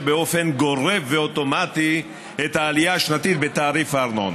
באופן גורף ואוטומטי את העלייה השנתית בתעריף הארנונה.